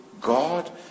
God